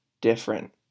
different